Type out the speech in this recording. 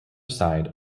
side